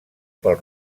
pel